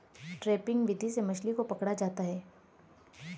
trapping विधि से मछली को पकड़ा होता है